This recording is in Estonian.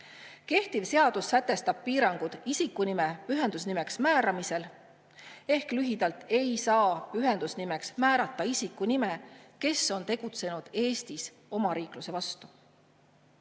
Kehtiv seadus sätestab piirangud isikunime pühendusnimeks määramisel. Lühidalt: pühendusnimeks ei saa määrata sellise isiku nime, kes on tegutsenud Eestis omariikluse vastu.